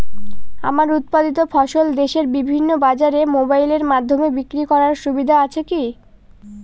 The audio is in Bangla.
আমার উৎপাদিত ফসল দেশের বিভিন্ন বাজারে মোবাইলের মাধ্যমে বিক্রি করার সুবিধা আছে কি?